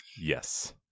Yes